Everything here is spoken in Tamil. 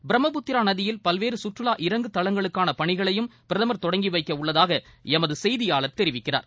பிரம்மபுத்ரா நதியில் பல்வேறு சுற்றுவா இறங்கு தளங்களுக்கான பணிகளையும் பிரதம் தொடங்கி வைக்க உள்ளதாக எமது செய்தியாளர் தெரிவிக்கிறார்